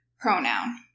pronoun